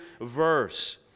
verse